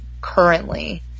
currently